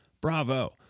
bravo